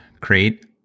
create